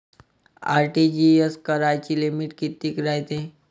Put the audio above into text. RTGS कराची limit कितीक रायते?